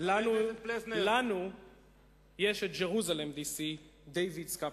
לנו יש את ג'רוזלם די.סי, דייוויד'ס קפיטל".